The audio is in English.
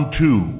two